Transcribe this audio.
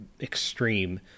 extreme